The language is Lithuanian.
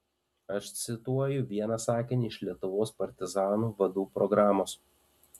aš cituoju vieną sakinį iš lietuvos partizanų vadų programos